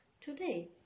today